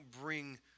bring